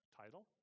title